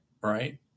right